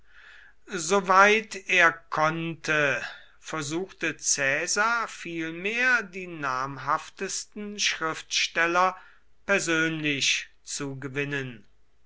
soweit er konnte versuchte caesar vielmehr die namhaftesten schriftsteller persönlich zu gewinnen